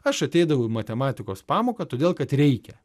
aš ateidavau į matematikos pamoką todėl kad reikia